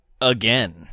again